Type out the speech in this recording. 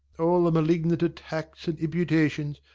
all the malignant attacks and imputations!